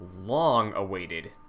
Long-awaited